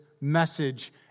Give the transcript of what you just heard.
message